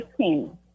15